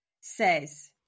says